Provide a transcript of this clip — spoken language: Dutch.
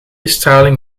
straling